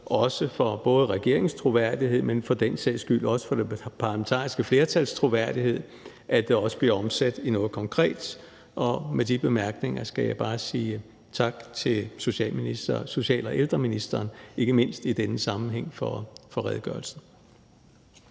for både regeringens troværdighed, men for den sags skyld også for det parlamentariske flertals troværdighed, at det også bliver omsat i noget konkret. Med de bemærkninger skal jeg bare sige tak til social- og ældreministeren, ikke mindst i denne sammenhæng, for redegørelsen.